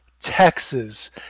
Texas